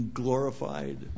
glorified